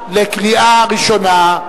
לקריאה ראשונה.